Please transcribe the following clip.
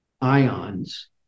ions